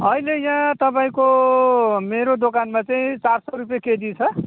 अहिले यहाँ तपाईँको मेरो दोकानमा चाहिँ चार सौ रुपियाँ केजी छ